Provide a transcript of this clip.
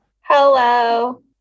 Hello